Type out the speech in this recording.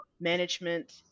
management